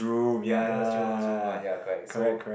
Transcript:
ya that was Jing Hong's room ah ya correct so